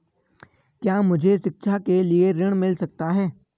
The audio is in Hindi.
क्या मुझे शिक्षा के लिए ऋण मिल सकता है?